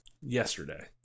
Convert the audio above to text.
yesterday